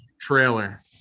trailer